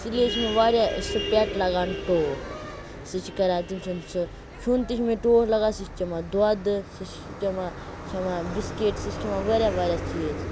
اِسی لِیے چھُ سُہ مےٚ واریاہ پیٚٹ لگان ٹوٹھ سُہ چھُ کَران تٔمۍ سُنٛد سُہ کھیٚون تہِ چھُ مےٚ ٹوٹھ لگان سُہ چھُ چیٚوان دۄدٕ سُہ چھُ چیٚوان کھیٚوان بِسکِٹ سُہ چھُ کھیٚوان واریاہ واریاہ چیٖز